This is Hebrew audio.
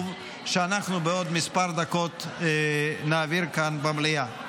שאנחנו בעוד כמה דקות נעביר כאן במליאה.